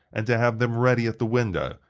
and to have them ready at the window,